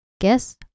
guess